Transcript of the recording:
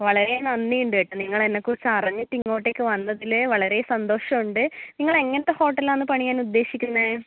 വളരെ നന്ദി ഉണ്ട് കേട്ടോ നിങ്ങൾ എന്നെ കുറിച്ച് അറിഞ്ഞിട്ട് ഇങ്ങോട്ടേക്ക് വന്നതിൽ വളരെ സന്തോഷമുണ്ട് നിങ്ങൾ എങ്ങനത്തെ ഹോട്ടലാണ് പണിയാൻ ഉദ്ദേശിക്കുന്നത്